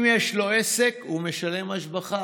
אם יש לו עסק הוא משלם השבחה,